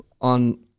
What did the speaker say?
on